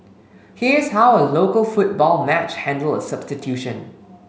here's how a local football match handle a substitution